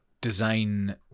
design